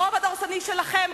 ברוב הדורסני שלכם,